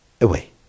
away